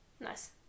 Nice